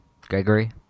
Gregory